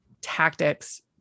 tactics